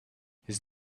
his